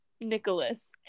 Nicholas